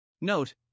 Note